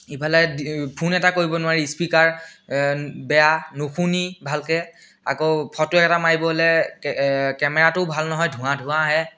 ইফালে দি ফোন এটা কৰিব নোৱাৰি স্পিকাৰ এই বেয়া নুূশুনি ভালকৈ আকৌ ফটো এটা মাৰিবলৈ কে কেমেৰাটোও ভাল নহয় ধোঁৱা ধোঁৱা আহে